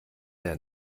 der